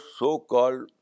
so-called